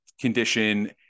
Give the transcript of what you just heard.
condition